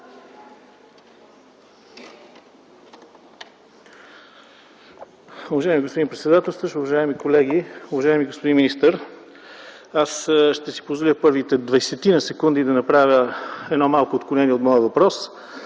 Уважаеми господин председателстващ, уважаеми колеги, уважаеми господин министър! Аз ще си позволя първите двадесетина секунди да направя едно малко отклонение от моя въпрос